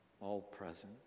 all-present